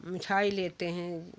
मिठाई लेते हैं